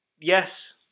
Yes